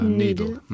needle